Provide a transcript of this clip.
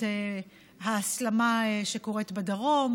את ההסלמה שקורית בדרום,